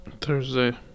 Thursday